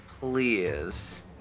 please